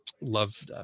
love